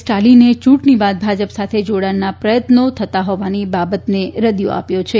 સ્ટાલિને ચૂંટણી બાદ ભાજપ સાથે જોડાણના પ્રયત્નો થતા હોવાની બાબતને રદિયો આપ્યો છે